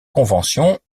convention